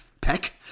Peck